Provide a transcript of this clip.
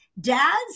dads